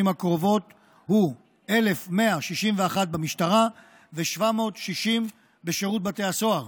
הקרובות הוא 1,161 במשטרה ו-760 בשירות בתי הסוהר.